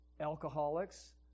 alcoholics